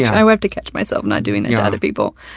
i have to catch myself not doing that to other people.